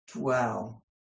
dwell